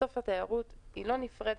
בסוף התיירות לא נפרדת.